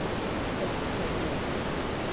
अच्छा भैया